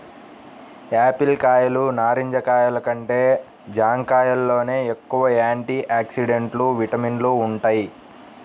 Apple కాయలు, నారింజ కాయలు కంటే జాంకాయల్లోనే ఎక్కువ యాంటీ ఆక్సిడెంట్లు, విటమిన్లు వుంటయ్